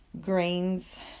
grains